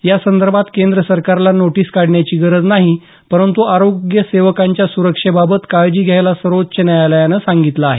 या संदर्भात केंद्र सरकारला नोटीस काढण्याची गरज नाही परंतू आरोग्य सेवकांच्या सुरक्षेबाबत काळजी घ्यायला सर्वोच्च न्यायालयानं सांगितलं आहे